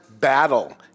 Battle